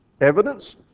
Evidence